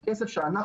חבר הכנסת סמוטריץ',